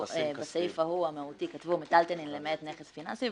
בסעיף המהותי כתבו: מיטלטלין למעט נכס פיננסי,